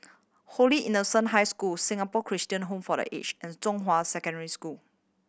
Holy Innocent High School Singapore Christian Home for The Aged and Zhonghua Secondary School